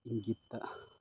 ꯏꯪꯒꯤꯠꯇ